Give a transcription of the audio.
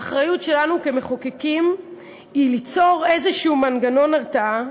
האחריות שלנו כמחוקקים היא ליצור איזה מנגנון הרתעה,